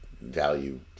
value